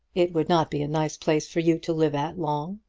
it would not be a nice place for you to live at long.